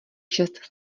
šest